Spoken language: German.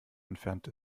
entfernt